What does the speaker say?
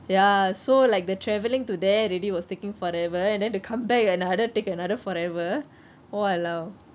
ya so like the travelling to there really was taking forever and then to come back another take another forever !walao!